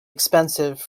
expensive